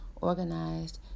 organized